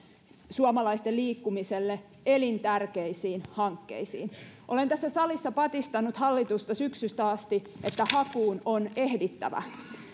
suomalaisten liikkumiselle elintärkeisiin hankkeisiin olen tässä salissa patistanut hallitusta syksystä asti että hakuun on ehdittävä